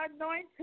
anointing